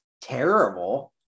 terrible